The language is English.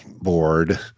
board